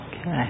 Okay